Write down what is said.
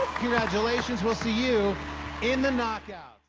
congratulations. we'll see you in the knockouts.